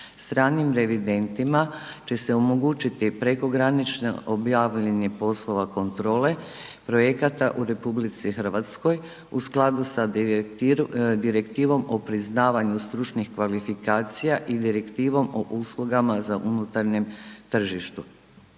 Stranim revidentima će se omogućiti prekogranično obavljanje poslova kontrole projekata u RH u skladu sa Direktivom o priznavanju stručnih kvalifikacija i Direktivom o uslugama za unutarnjem tržištu.